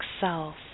self